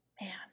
Man